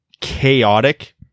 chaotic